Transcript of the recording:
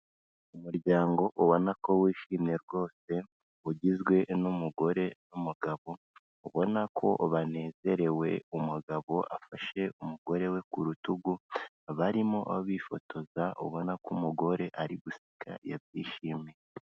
Umuryango ubona ko wishimye rwose ugizwe n'umugore n'umugabo, ubona ko banezerewe umugabo afashe umugore we ku rutugu barimo bifotoza ubona ko umugore ari guseka yabyishimiye.